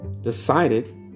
decided